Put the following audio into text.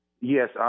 Yes